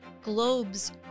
globes